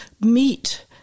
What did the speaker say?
meet